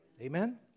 Amen